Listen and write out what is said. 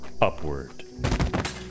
upward